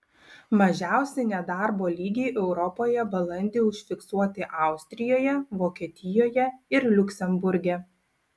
mažiausi nedarbo lygiai europoje balandį užfiksuoti austrijoje vokietijoje ir liuksemburge